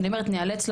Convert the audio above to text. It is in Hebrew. אני אומרת נאלץ לעשות,